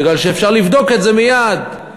בגלל שאפשר לבדוק את זה מייד.